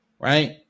right